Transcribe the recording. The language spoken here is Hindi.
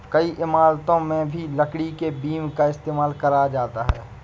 कई इमारतों में भी लकड़ी के बीम का इस्तेमाल करा जाता है